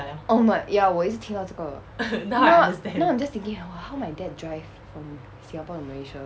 oh my ya 我要是听到这个 now I now I'm just thinking !wah! how my dad drive from singapore to malaysia